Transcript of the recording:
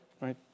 right